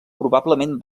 probablement